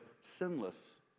sinless